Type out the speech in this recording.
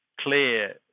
clear